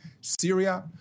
Syria